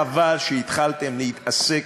חבל שהתחלתם להתעסק,